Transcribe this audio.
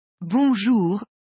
Bonjour